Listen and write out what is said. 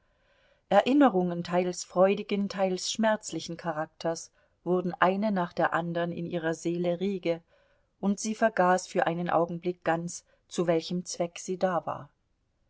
erinnerungen teils freudigen teils schmerzlichen charakters wurden eine nach der andern in ihrer seele rege und sie vergaß für einen augenblick ganz zu welchem zweck sie da war